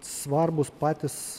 svarbūs patys